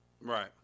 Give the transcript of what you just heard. Right